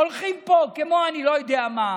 הולכים פה כמו אני לא יודע מה,